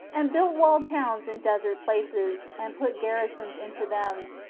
and built walled towns in desert places, and put garrisons into them,